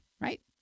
right